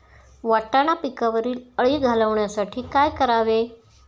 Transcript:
वाटाणा पिकावरील अळी घालवण्यासाठी काय करावे?